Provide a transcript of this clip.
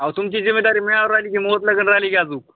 अहो तुमची जिम्मेदारी माझ्यावर राहिली